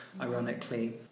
Ironically